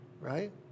right